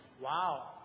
Wow